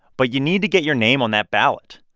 but you need to get your name on that ballot.